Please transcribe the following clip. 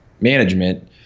management